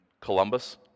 Columbus